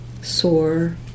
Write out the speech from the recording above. sore